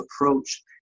approach